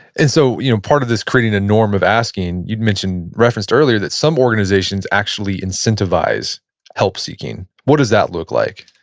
and so you know part of this creating the norm of asking, you'd referenced earlier that some organizations actually incentivize help-seeking, what does that look like?